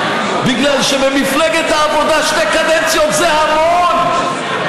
בגלל שבמפלגת העבודה שתי קדנציות זה המון.